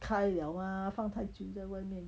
开了吗放太久在外面